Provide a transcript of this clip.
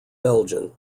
belgian